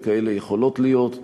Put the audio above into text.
וכאלה יכולות להיות.